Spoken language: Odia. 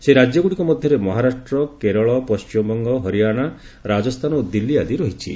ସେହି ରାଜ୍ୟଗୁଡ଼ିକ ମଧ୍ୟରେ ମହାରାଷ୍ଟ୍ର କେରଳ ପଶ୍ଚିମବଙ୍ଗ ହରିୟାଣା ରାଜସ୍ଥାନ ଓ ଦିଲ୍ଲୀ ଆଦି ରହିଛି